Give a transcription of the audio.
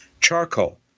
charcoal